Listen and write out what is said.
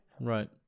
Right